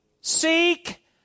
seek